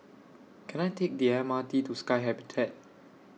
Can I Take The M R T to Sky Habitat